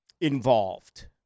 involved